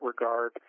regard